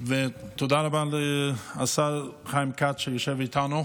תודה רבה לשר חיים כץ, שיושב איתנו.